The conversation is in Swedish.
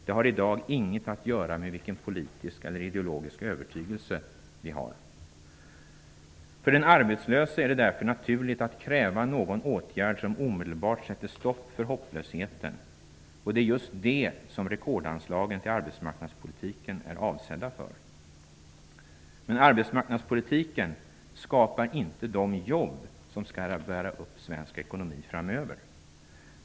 Det har i dag inget att göra med vilken politisk eller ideologisk övertygelse vi har. För den arbetslöse är det därför naturligt att kräva någon åtgärd som omedelbart sätter stopp för hopplösheten. Och det är just det som rekordanslagen till arbetsmarknadspolitiken är avsedda för. Men arbetsmarknadspolitiken skapar inte de jobb som skall bära upp svensk ekonomi framöver.